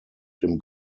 dem